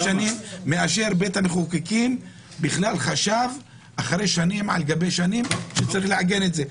שבית המחוקקים בכלל חשב שצריך לעגן את זה.